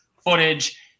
footage